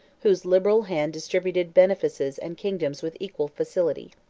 whose liberal hand distributed benefices and kingdoms with equal facility.